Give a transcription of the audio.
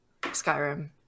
skyrim